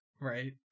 Right